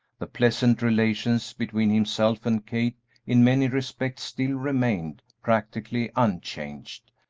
the pleasant relations between himself and kate in many respects still remained practically unchanged.